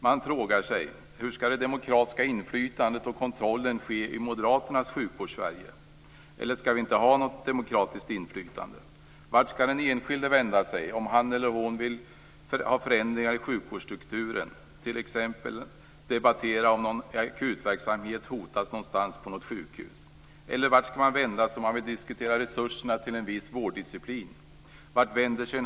Man frågar sig hur det demokratiska inflytandet och kontrollen skall ske i Moderaternas Sjukvårdssverige. Eller skall vi inte ha något demokratiskt inflytande? debattera om en akutverksamhet hotas någonstans på något sjukhus? Eller vart skall man vända sig om man vill diskutera resurserna till en viss vårddisciplin?